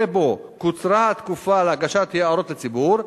שבו קוצרה התקופה להגשת הערות הציבור,